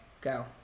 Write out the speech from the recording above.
Go